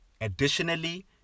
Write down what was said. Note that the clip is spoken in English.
Additionally